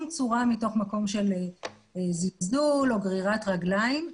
צורה מתוך מקום של זלזול או גרירת רגליים.